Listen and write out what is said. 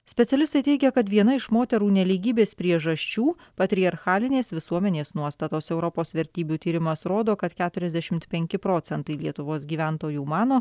specialistai teigia kad viena iš moterų nelygybės priežasčių patriarchalinės visuomenės nuostatos europos vertybių tyrimas rodo kad keturiasdešimt penki procentai l etuvos gyventojų mano